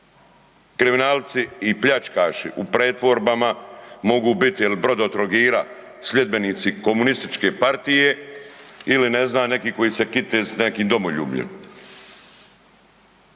Kriminalci i pljačkaši u pretvorbama mogu biti ili Brodotrogira, sljedbenici Komunističke partije ili ne znam, neki koji se kite s nekim domoljubljem.